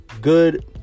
good